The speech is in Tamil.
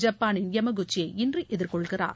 ஜப்பானின் யமகுச்சியை இன்று எதிர்கொள்கிறார்